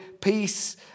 peace